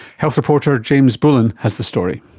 health reporter james bullen has the story.